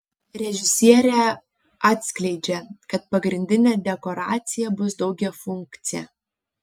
režisierė atskleidžia kad pagrindinė dekoracija bus daugiafunkcė